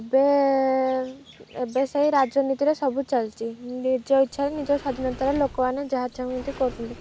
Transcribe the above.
ଏବେ ଏବେ ସେଇ ରାଜନୀତିରେ ସବୁ ଚାଲିଛି ନିଜ ଇଚ୍ଛାରେ ନିଜ ସ୍ୱାଧୀନତାର ଲୋକମାନେ ଯାହା ଚାହୁଁଛନ୍ତି କରୁଛନ୍ତି